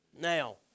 Now